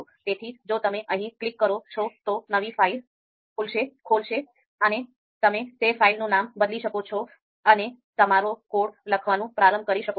તેથી જો તમે અહીં ક્લિક કરો છો તો નવી ફાઇલ ખોલશે અને તમે તે ફાઇલનું નામ બદલી શકો છો અને તમારો કોડ લખવાનું પ્રારંભ કરી શકો છો